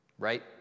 right